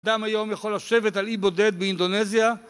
אדם היום יכול לשבת על אי בודד באינדונזיה